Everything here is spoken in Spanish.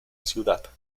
ciudad